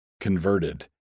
converted